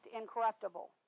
incorruptible